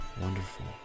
wonderful